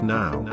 now